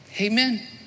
Amen